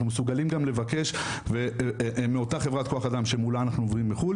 אנחנו מסוגלים גם לבקש מאותה חברת כוח אדם שמולה אנחנו עובדים בחו"ל